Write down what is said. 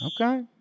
Okay